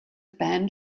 ban